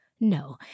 No